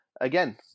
again